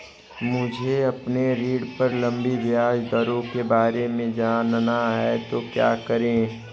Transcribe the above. मुझे अपने ऋण पर लगी ब्याज दरों के बारे में जानना है तो क्या करें?